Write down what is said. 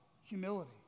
humility